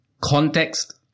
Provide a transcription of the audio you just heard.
context